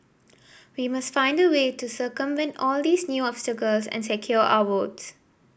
we must find a way to circumvent all these new obstacles and secure our votes